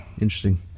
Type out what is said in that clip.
interesting